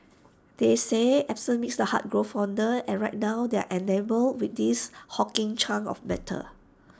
they say absence makes the heart grow fonder and right now we are enamoured with these hulking chunks of metal